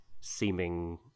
seeming